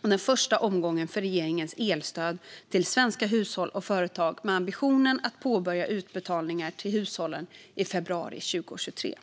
och den första omgången av regeringens elstöd till svenska hushåll och företag med ambitionen att påbörja utbetalningar till hushållen i februari 2023.